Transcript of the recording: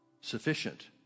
sufficient